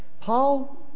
Paul